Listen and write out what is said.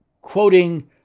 quoting